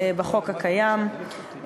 בחוק הקיים,